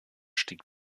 stieg